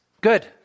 Good